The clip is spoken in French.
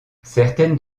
certaines